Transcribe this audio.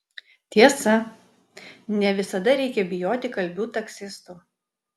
tiesa ne visada reikia bijoti kalbių taksistų